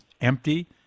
empty